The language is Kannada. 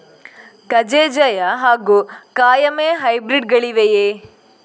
ಕಜೆ ಜಯ ಹಾಗೂ ಕಾಯಮೆ ಹೈಬ್ರಿಡ್ ಗಳಿವೆಯೇ?